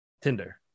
Tinder